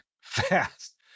fast